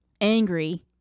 angry